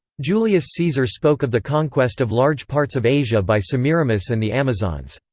julius caesar spoke of the conquest of large parts of asia by semiramis and the amazons.